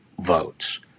votes